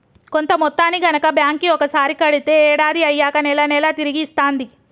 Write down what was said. కొంత మొత్తాన్ని గనక బ్యాంక్ కి ఒకసారి కడితే ఏడాది అయ్యాక నెల నెలా తిరిగి ఇస్తాంది